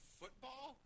football